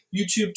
YouTube